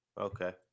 Okay